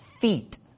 feet